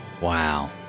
wow